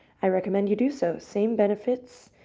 i recommend you do so. same benefits.